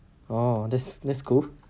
oh that's that's cool